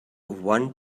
one